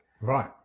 Right